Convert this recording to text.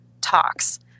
talks